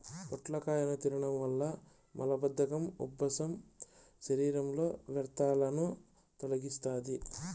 పొట్లకాయను తినడం వల్ల మలబద్ధకం, ఉబ్బసం, శరీరంలో వ్యర్థాలను తొలగిస్తాది